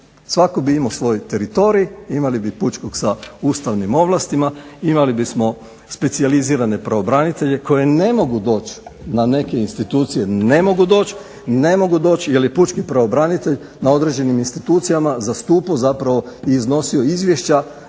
Svatko bi imao svoj teritorij, imali bi pučkog sa ustavnim ovlastima, imali bismo specijalizirane pravobranitelje koji ne mogu doći na neke institucije ne mogu doći, ne mogu doći jer je pučki pravobranitelj na određenim institucijama zastupao zapravo i iznosio izvješća